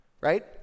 right